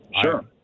sure